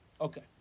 Okay